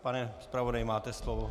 Pane zpravodaji, máte slovo.